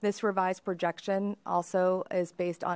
this revised projection also is based on